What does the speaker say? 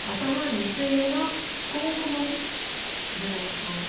अतः निश्चयेन कुम्कुमं धरामः